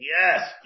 Yes